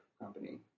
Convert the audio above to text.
company